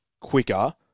quicker